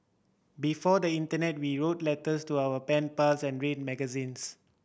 before the internet we wrote letters to our pen pals and read magazines